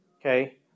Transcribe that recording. Okay